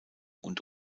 und